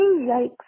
Yikes